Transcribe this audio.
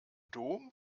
dom